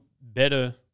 better